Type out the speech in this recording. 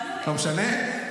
לא משנה.